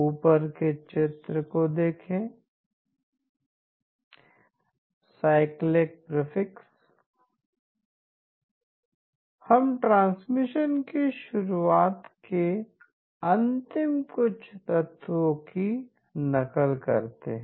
ऊपर के चित्र को देखें साइक्लिक प्रीफिक्स हम ट्रांसमिशन की शुरुआत के अंतिम कुछ तत्वों की नकल करते हैं